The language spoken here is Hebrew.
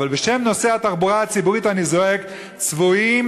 אבל בשם נוסעי התחבורה הציבורית אני זועק: צבועים,